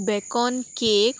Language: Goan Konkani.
Bacon cake